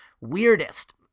weirdest